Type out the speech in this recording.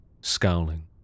scowling